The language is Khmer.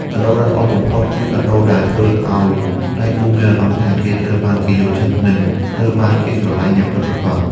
កាដូដែលល្អបំផុតគឺកាដូដែលធ្វើឱ្យដៃគូមានអារម្មណ៍ថាគេត្រូវបានគេយល់ចិត្ត និងត្រូវបានគេស្រឡាញ់យ៉ាងពិតប្រាកដ។